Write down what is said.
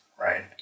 right